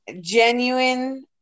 genuine